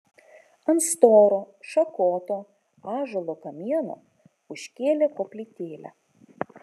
ant storo šakoto ąžuolo kamieno užkėlė koplytėlę